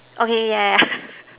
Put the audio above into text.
okay yeah yeah